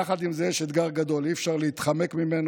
יחד עם זה, יש אתגר גדול, ואי-אפשר להתחמק ממנו.